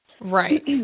Right